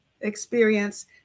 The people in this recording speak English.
experience